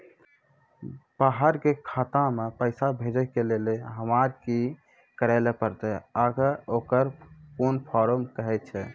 बाहर के खाता मे पैसा भेजै के लेल हमरा की करै ला परतै आ ओकरा कुन फॉर्म कहैय छै?